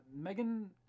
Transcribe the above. Megan